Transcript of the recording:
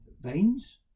veins